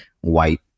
white